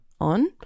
on